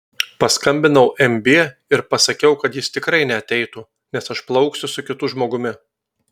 paskambinau mb ir pasakiau kad jis tikrai neateitų nes aš plauksiu su kitu žmogumi